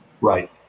Right